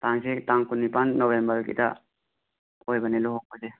ꯇꯥꯡꯁꯦ ꯇꯥꯡ ꯀꯨꯟꯅꯤꯄꯥꯟ ꯅꯣꯕꯦꯝꯕꯔꯒꯤꯗ ꯑꯣꯏꯕꯅꯦ ꯂꯨꯍꯣꯡꯕꯁꯦ